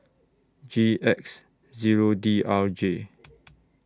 G X Zero D R J